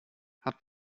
hat